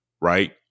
right